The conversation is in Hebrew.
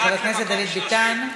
חבר הכנסת דוד ביטן.